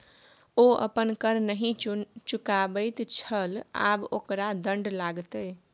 ओ अपन कर नहि चुकाबैत छल आब ओकरा दण्ड लागतै